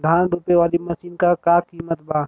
धान रोपे वाली मशीन क का कीमत बा?